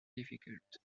difficult